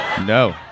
No